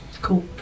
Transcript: Cool